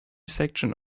sections